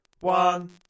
One